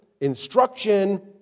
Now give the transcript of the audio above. instruction